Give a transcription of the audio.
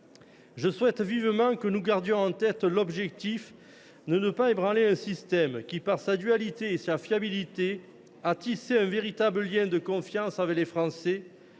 Je souhaite vivement que nous gardions en tête l’objectif de ne pas ébranler un système qui, par sa dualité et sa fiabilité, a tissé un véritable lien de confiance avec les Français,